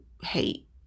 hate